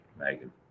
Megan